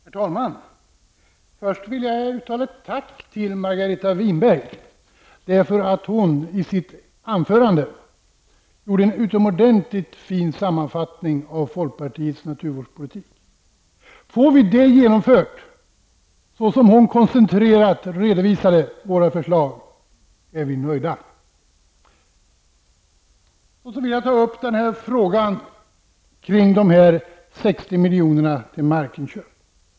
Herr talman! Först vill jag uttala ett tack till Margareta Winberg för att hon i sitt anförande gjorde en utomordentligt fin sammanfattning av folkpartiets naturvårdspolitik. Om vi får den genomförd, i enlighet med våra förslag som hon koncentrerat redovisade, är vi nöjda. Sedan vill jag ta upp frågan om de 60 miljonerna till markinköp.